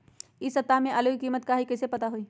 इ सप्ताह में आलू के कीमत का है कईसे पता होई?